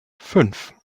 fünf